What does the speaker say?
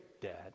Dad